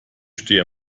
stehe